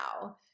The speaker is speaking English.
now